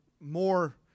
more